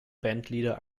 bandleader